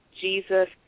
Jesus